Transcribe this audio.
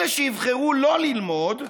אלה שיבחרו לא ללמוד,